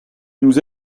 nous